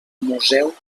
museu